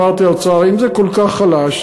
אמרתי לאוצר: אם זה כל כך חלש,